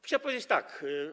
Chciałbym powiedzieć tak.